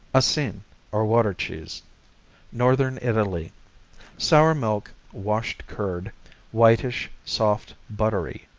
asin, or water cheese northern italy sour-milk washed-curd whitish soft buttery.